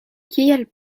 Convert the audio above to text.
kiel